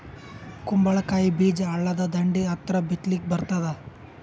ಕುಂಬಳಕಾಯಿ ಬೀಜ ಹಳ್ಳದ ದಂಡಿ ಹತ್ರಾ ಬಿತ್ಲಿಕ ಬರತಾದ?